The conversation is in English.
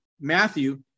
Matthew